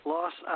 Loss